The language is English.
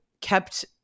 kept